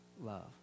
love